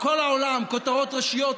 כל העולם כותרות ראשיות,